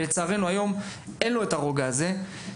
ולצערנו היום אין לו את הרוגע הזה.